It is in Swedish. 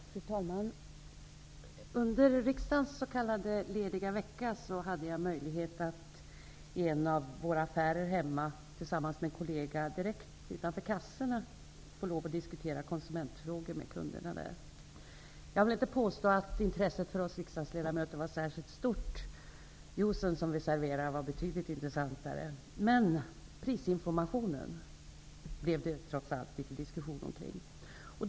Fru talman! Under riksdagens s.k. lediga vecka hade jag möjlighet att i en av våra affärer hemma tillsammans med en kollega direkt utanför kassorna diskutera konsumentfrågor med kunderna. Jag vill inte påstå att intresset för oss riksdagsledamöter var särskilt stort. Josen som vi serverade var betydligt intressantare. Men det blev trots allt litet diskussion om prisinformationen.